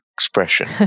expression